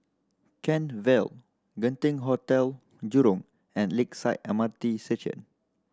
Kent Vale Genting Hotel Jurong and Lakeside M R T Station